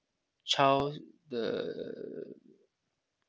child's the